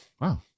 Wow